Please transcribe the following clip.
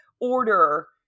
order